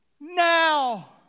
now